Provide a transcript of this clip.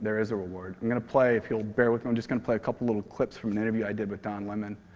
there is a reward. i'm going to play, if you'll bear with me, i'm just going to play a couple little clips from an interview i did with don lemon